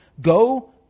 go